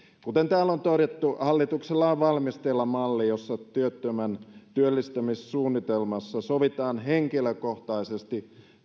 kuten täällä on todettu hallituksella on valmisteilla malli jossa työttömän työllistymissuunnitelmassa sovitaan henkilökohtaisesti